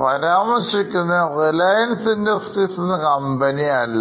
പരാമർശിക്കുന്നത് റിലയൻസ് industries എന്ന company അല്ല